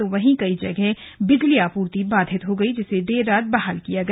तो वहीं कई जगह बिजली आपूर्ति बाधित हो गई जिसे देर रात बहाल किया गया